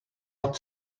not